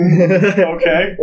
Okay